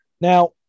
Now